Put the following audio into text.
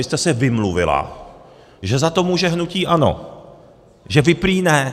Vy jste se vymluvila, že za to může hnutí ANO, že vy prý ne.